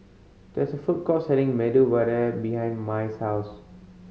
there is a food court selling Medu Vada behind Mai's house